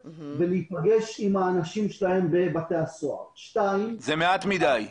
עם האנשים שלהם בבתי-הסוהר -- זה מעט מדי.